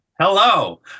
Hello